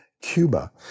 Cuba